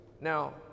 Now